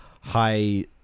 high